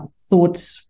thought